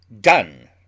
done